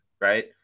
right